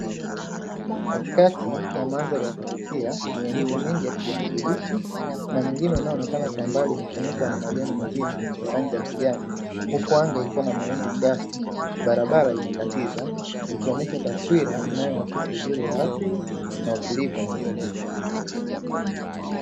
Katikati ya mandhari ya kuvutia yenye miti mingi ya kijani kibichi na mingine inayoonekana kwa mbali imefunikwa na majani mazito ya rangi ya kijani; huku anga ikiwa na mawingu kiasi ,barabara imekatiza ikionyesha taswira inayoaksi uzuri wa asili na utulivu wa mazingira.